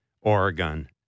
Oregon